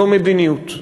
זו מדיניות,